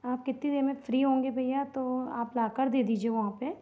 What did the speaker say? आप कितनी देर में फ़्री होंगे भैया तो आप लाकर दे दीजिए वहाँ पर